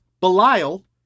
Belial